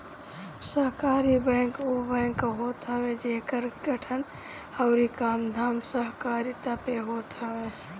सहकारी बैंक उ बैंक होत हवे जेकर गठन अउरी कामधाम सहकारिता पे होत हवे